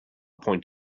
point